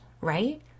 right